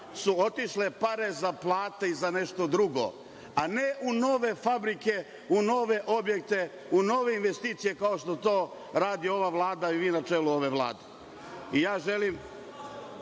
su otišle pare za plate i za nešto drugo, a ne u nove fabrike, u nove objekte, u nove investicije kao što to radi ova Vlada i vi na čelu ove Vlade. Ja želim